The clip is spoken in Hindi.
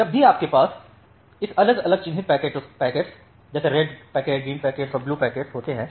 जब भी आपके पास इस अलग अलग चिह्नित पैकेट्स जैसे रेड पैकेट्स ग्रीन पैकेट्स और ब्लू रंग के पैकेट्स होते हैं